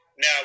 Now